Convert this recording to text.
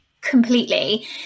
Completely